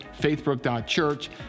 faithbrook.church